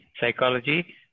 psychology